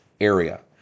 area